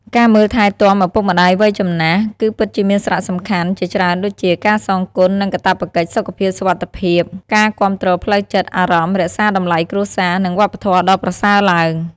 ការមើលថែទាំឪពុកម្ដាយវ័យចំណាស់គឺពិតជាមានសារៈសំខាន់ជាច្រើនដូច ការសងគុណ និងកាតព្វកិច្ច សុខភាព សុវត្ថិភាព ការគាំទ្រផ្លូវចិត្ត អារម្មណ៍ រក្សាតម្លៃគ្រួសារ និងវប្បធម៌ដ៏ប្រសើរឡើង។